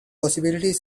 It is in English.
possibility